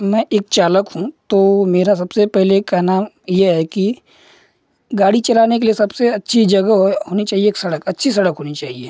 मैं एक चालक हूँ तो मेरा सबसे पहले कहना यह है कि गाड़ी चलाने के लिए सबसे अच्छी जगह है होनी चाहिए एक सड़क अच्छी सड़क होनी चाहिए